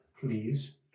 please